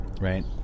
right